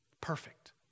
Perfect